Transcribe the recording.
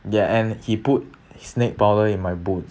and ya he put his snake powder in my boots